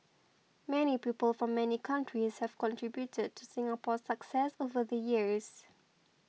many people from many countries have contributed to Singapore's success over the years